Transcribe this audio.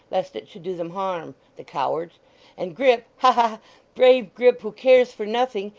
lest it should do them harm, the cowards and grip ha ha brave grip, who cares for nothing,